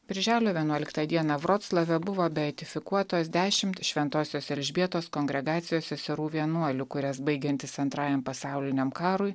birželio vienuoliktą dieną vroclave buvo beatifikuotas dešimt šventosios elžbietos kongregacijos seserų vienuolių kurias baigiantis antrajam pasauliniam karui